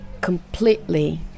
completely